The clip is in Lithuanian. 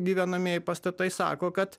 gyvenamieji pastatai sako kad